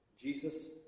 Jesus